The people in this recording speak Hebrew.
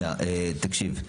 תקשיב,